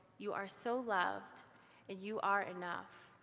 you are so loved, and you are enough.